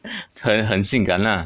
真的很性感呐